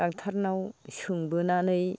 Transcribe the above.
डक्ट'रनाव सोंबोनानै